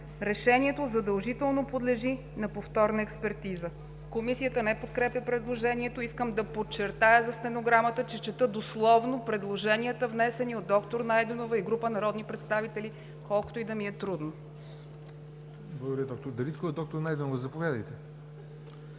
решението задължително подлежи на повторна експертиза.“ Комисията не подкрепя предложението. Искам да подчертая за стенограмата, че чета дословно предложенията, внесени от доктор Найденова и група народни представители, колкото и да ми е трудно. ПРЕДСЕДАТЕЛ ЯВОР НОТЕВ: Благодаря, доктор Дариткова. Доктор Найденова, заповядайте.